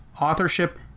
authorship